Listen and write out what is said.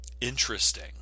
interesting